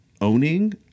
owning